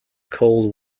cold